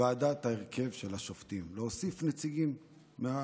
הרכב הועדה של השופטים, להוסיף נציגים מהקואליציה,